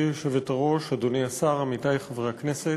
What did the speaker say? גברתי היושבת-ראש, אדוני השר, עמיתי חברי הכנסת,